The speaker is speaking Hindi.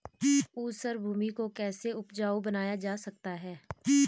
ऊसर भूमि को कैसे उपजाऊ बनाया जा सकता है?